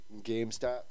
GameStop